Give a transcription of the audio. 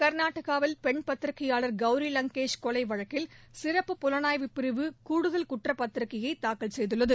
க்நாடவில் பெண் பத்திரிகையாளர் கௌரி வங்கேஷ் கொலை வழக்கில் சிறப்பு புலனாய்வு பிரிவு கூடுதல் குற்றப்பத்திரிகையை தாக்கல் செய்துள்ளது